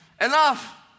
Enough